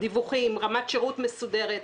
רמת שירות מסודרת,